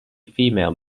female